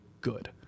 good